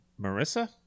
Marissa